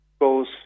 goes